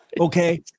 okay